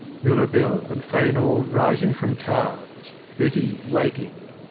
mirabell and fainall rising from cards. betty waiting.